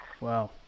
Wow